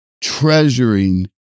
treasuring